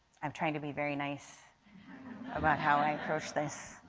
i am trying to be very nice about how i approach this.